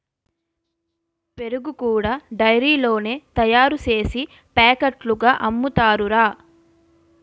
పెరుగు కూడా డైరీలోనే తయారుసేసి పాకెట్లుగా అమ్ముతారురా